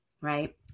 right